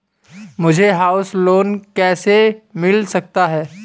मुझे house loan कैसे मिल सकता है?